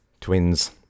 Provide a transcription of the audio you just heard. Twins